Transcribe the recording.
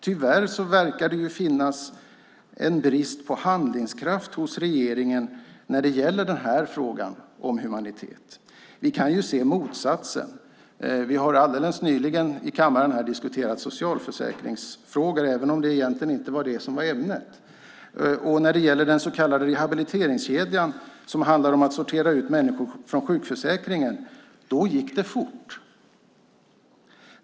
Tyvärr verkar det i denna fråga råda brist på handlingskraft hos regeringen när det gäller humaniteten. Vi kan ju se motsatsen. Alldeles nyligen har vi här i kammaren diskuterat socialförsäkringsfrågor även om det egentligen inte var ämnet. När det gällde den så kallade rehabiliteringskedjan som handlar om att sortera ut människor från sjukförsäkringen gick det fort.